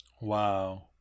Wow